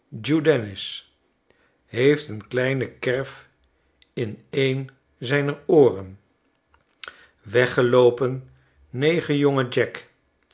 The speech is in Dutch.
dennis heeft een kleine kerf in een zijner ooren weggeloopen negerjongen jack